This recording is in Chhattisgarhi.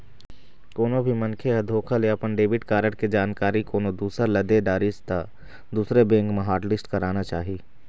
कोनो भी मनखे ह धोखा से अपन डेबिट कारड के जानकारी कोनो दूसर ल दे डरिस त तुरते बेंक म हॉटलिस्ट कराना चाही